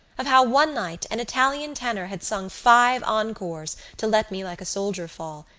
of how one night an italian tenor had sung five encores to let me like a soldier fall,